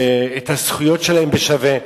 את הזכויות שלהם בשווה.